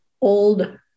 old